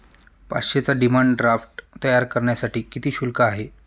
पाचशेचा demand draft तयार करण्यासाठी किती शुल्क आहे?